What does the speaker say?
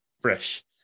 fresh